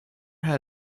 had